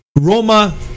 Roma